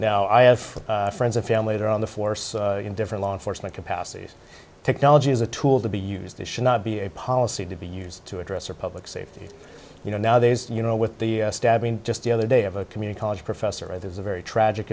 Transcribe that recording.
now i have friends and family there on the force in different law enforcement capacities technology is a tool to be used this should not be a policy to be used to address or public safety you know now that you know with the stabbing just the other day of a community college professor there's a very tragic